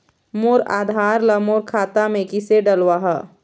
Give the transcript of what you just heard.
मोर आधार ला मोर खाता मे किसे डलवाहा?